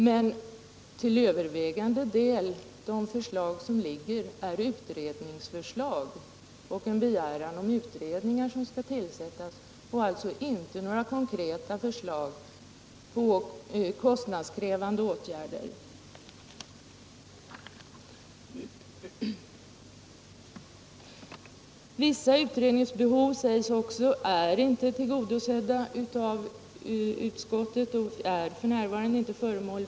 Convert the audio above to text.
Men de förslag som ligger går till övervägande del ut på begäran om att utredningar skall tillsättas och är alltså inte några konkreta förslag om kostnadskrävande åtgärder. Utskottet säger också att vissa utredningsbehov f.n. inte är tillgodosedda.